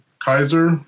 Kaiser